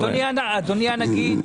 אדוני הנגיד,